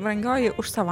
brangioji už